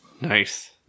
Nice